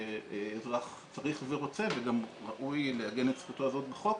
שאזרח צריך ורוצה וגם ראוי לעגן את זכותו הזאת בחוק,